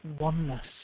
oneness